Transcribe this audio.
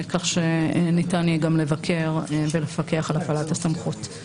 כך שניתן יהיה גם לבקר ולפקח על הפעלת הסמכות.